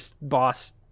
boss